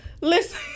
listen